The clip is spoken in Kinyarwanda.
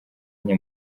nke